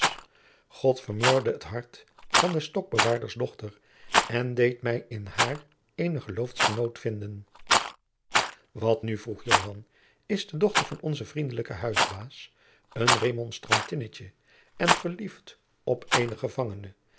god vermurwde het hart van des stokbewaarders dochter en deed mij in haar eene geloofsgenoot vinden wat nu vroeg joan is de dochter van onzen vriendelijken huisbaas een remonstrantinnetje en verliefd op een gevangene